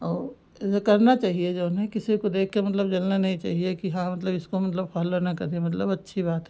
अओ जैसे करना चाहिए जऊन है किसी को देखकर मतलब जलना नहीं चाहिए कि हाँ मतलब इसको मतलब फ़ॉलो न करिए मतलब अच्छी बात है